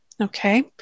Okay